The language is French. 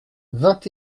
vingt